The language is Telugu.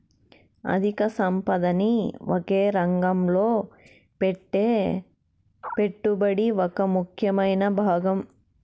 అధిక సంపదని ఒకే రంగంలో పెట్టే పెట్టుబడి ఒక ముఖ్యమైన భాగం